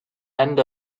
end